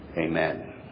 Amen